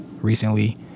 Recently